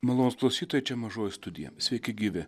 malonūs klausytojai čia mažoje studijoje sveiki gyvi